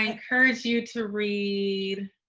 encourage you to read.